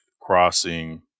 crossing